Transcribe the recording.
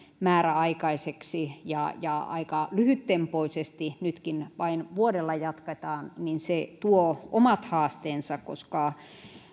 määräaikaisiksi ja ja aika lyhyttempoisesti nytkin vain vuodella jatketaan tuo omat haasteensa koska